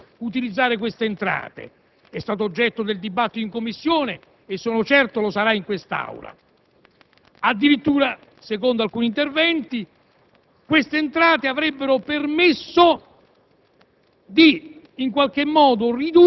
tra maggioranza e opposizione su come utilizzare queste entrate. È stato oggetto del dibattito in Commissione e sono certo lo sarà in Aula. Addirittura, secondo alcuni interventi, queste entrate avrebbero permesso